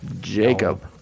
jacob